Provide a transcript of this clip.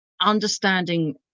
understanding